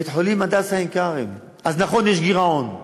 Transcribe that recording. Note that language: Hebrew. בית-חולים "הדסה עין-כרם" אז נכון, יש גירעון.